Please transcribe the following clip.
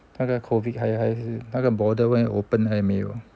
那个 COVID 还还是那个 border when open 还没有